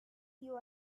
you